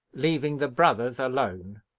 leaving the brothers alone.